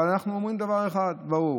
אבל אנחנו אומרים דבר אחד ברור: